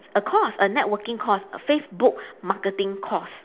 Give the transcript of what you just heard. a course a networking course a facebook marketing course